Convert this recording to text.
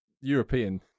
European